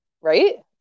Right